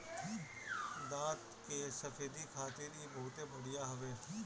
दांत के सफेदी खातिर इ बहुते बढ़िया हवे